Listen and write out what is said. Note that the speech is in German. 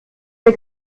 der